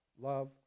love